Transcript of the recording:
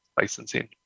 licensing